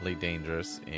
dangerous